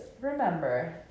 remember